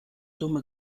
dumme